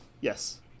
Yes